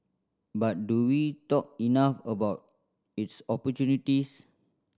but do we talk enough about its opportunities